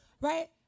right